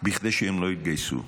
כדי שהם לא יתגייסו.